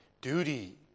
duty